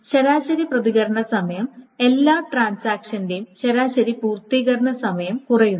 ശരാശരി പ്രതികരണ സമയം എല്ലാ ഇടപാടുകളുടെയും ശരാശരി പൂർത്തീകരണ സമയം കുറയുന്നു